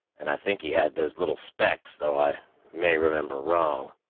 and i think he had those little specks, though i may remember wrong.